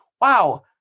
wow